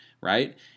right